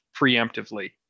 preemptively